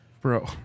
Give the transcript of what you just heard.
Bro